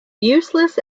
useless